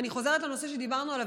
אני חוזרת לנושא שדיברנו עליו,